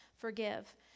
forgive